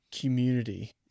community